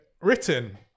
written